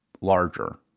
larger